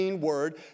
word